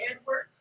Edward